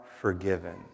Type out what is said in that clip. forgiven